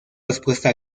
respuesta